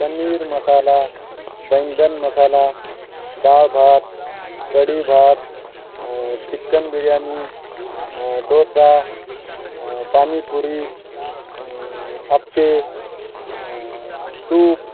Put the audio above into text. पनीर मसाला बैंगन मसाला दाळ भात कढी भात चिकन बिर्याणी डोसा पाणीपुरी आप्पे सूप